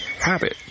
habit